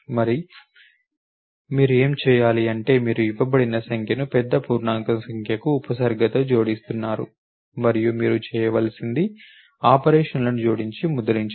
మరి మీరు ఏమి చేయాలి అంటే మీరు ఇవ్వబడిన సంఖ్యను పెద్ద పూర్ణాంక సంఖ్యకు ఉపసర్గతో జోడిస్తున్నారు మరియు మీరు చేయవలసింది ఆపరేషన్లను జోడించి ముద్రించడం